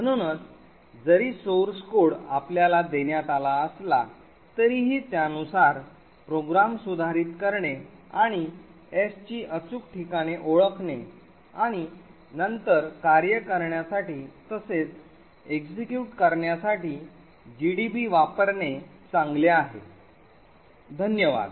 म्हणूनच जरी स्त्रोत कोड आपल्याला देण्यात आला असला तरीही त्यानुसार प्रोग्राम सुधारित करणे आणि s ची अचूक ठिकाणे ओळखणे आणि नंतर कार्य करण्यासाठी तसेच execute करण्यासाठी जीडीबी वापरणे चांगले आहे धन्यवाद